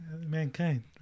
Mankind